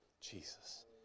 Jesus